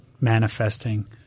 manifesting